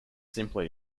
simply